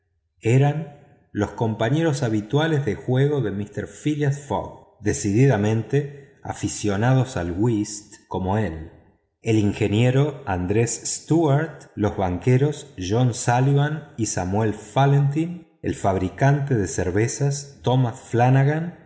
eran los compañeros habituales de juego de mister phileas fogg decididamente aficionados al whist como él el ingeniero andrés stuart los banqueros john sullivan y samuel falientin el fabricante de cervezas tomás